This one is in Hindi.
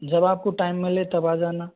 जब आपको टाइम मिले तब आ जाना